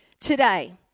today